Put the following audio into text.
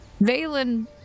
Valen